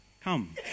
come